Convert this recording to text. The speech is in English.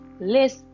list